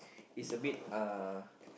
is a bit uh